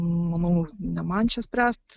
manau ne man čia spręst